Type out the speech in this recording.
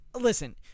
listen